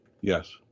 Yes